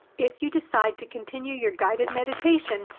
if you decide to continue your guided meditation,